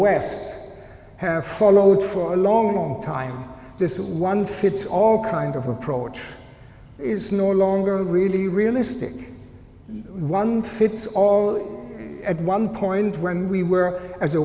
west have followed for a long long time this one fits all kind of approach is no longer really realistic one fits all at one point when we were as a